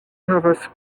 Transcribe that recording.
havas